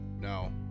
No